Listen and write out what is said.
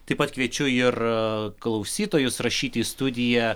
taip pat kviečiu ir klausytojus rašyti į studiją